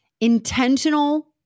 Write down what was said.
intentional